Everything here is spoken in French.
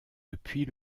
depuis